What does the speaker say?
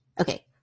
okay